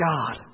God